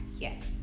Yes